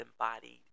embodied